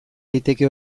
daiteke